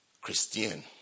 Christian